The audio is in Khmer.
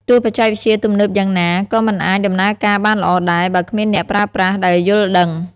ទោះបច្ចេកវិទ្យាទំនើបយ៉ាងណា ក៏មិនអាចដំណើរការបានល្អដែរ បើគ្មានអ្នកប្រើប្រាស់ដែលយល់ដឹង។